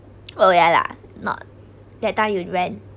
oh ya lah not that time you ran